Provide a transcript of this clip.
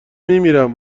میمیرم